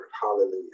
hallelujah